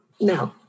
no